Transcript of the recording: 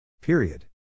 Period